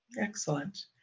Excellent